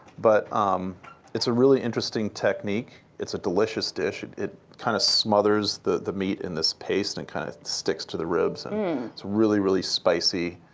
but um it's a really interesting technique. it's a delicious dish. it it kind of smothers the the meat in this paste and kind of sticks to the ribs and i mean it's really, really spicy,